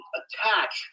attach